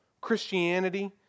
Christianity